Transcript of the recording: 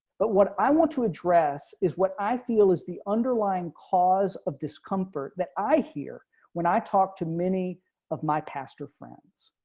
but what i want to address is what i feel is the underlying cause of discomfort that i hear when i talked to many of my pastor friends.